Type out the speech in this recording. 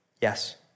Yes